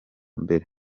mbere